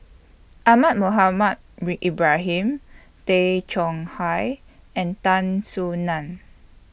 Ahmad Mohamed Ibrahim Tay Chong Hai and Tan Soo NAN